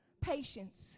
patience